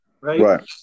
right